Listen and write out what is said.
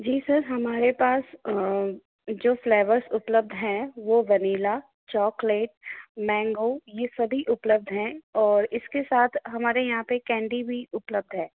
जी sir हमारे पास जो फ़्लेवर्स उपलब्ध है वो है वनीला चॉकलेट मैंगो यह सभी उपलब्ध है और इसके साथ हमारे यहाँ पर कैंडी भी उपलब्ध है